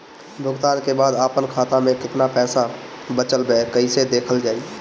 भुगतान के बाद आपन खाता में केतना पैसा बचल ब कइसे देखल जाइ?